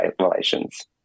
relations